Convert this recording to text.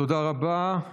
תודה רבה.